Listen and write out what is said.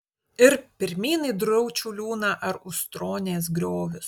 ir pirmyn į draučių liūną ar ustronės griovius